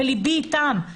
וליבי איתם.